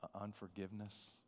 Unforgiveness